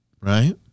Right